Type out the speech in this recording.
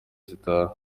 zitaha